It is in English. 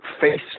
face